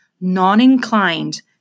non-inclined